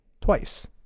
twice